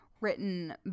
written